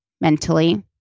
mentally